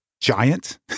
giant